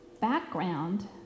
background